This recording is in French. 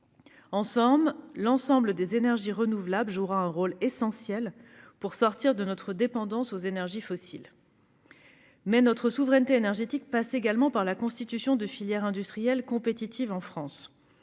En somme, l'ensemble des énergies renouvelables jouera un rôle essentiel pour sortir de notre dépendance aux énergies fossiles. Mais notre souveraineté énergétique passe également par la constitution de filières industrielles compétitives en France.